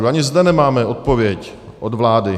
Ani zde nemáme odpověď od vlády.